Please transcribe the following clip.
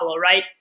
right